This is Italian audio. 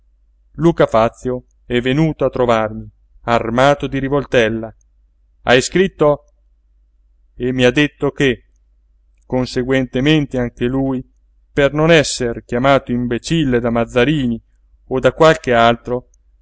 luca fazio è venuto a trovarmi armato di rivoltella hai scritto e mi ha detto che conseguentemente anche lui per non esser chiamato imbecille da mazzarini o da qualche altro